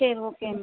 சரி ஓகே